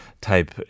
type